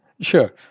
Sure